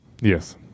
Yes